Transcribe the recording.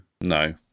No